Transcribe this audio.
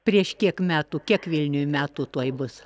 prieš kiek metų kiek vilniui metų tuoj bus